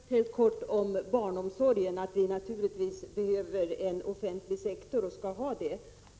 Herr talman! Först helt kortfattat om barnomsorgen: Vi behöver naturligtvis, och skall ha, en offentlig sektor.